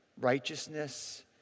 righteousness